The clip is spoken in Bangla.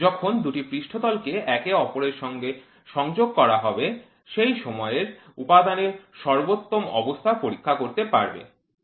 যখন দুটি পৃষ্ঠতল কে একে অপরের সঙ্গে সংযোগ করা হবে সেই সময়ের উপাদানের সর্বোত্তম অবস্থা পরীক্ষা করতে পারবে